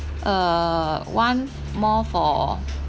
uh one more for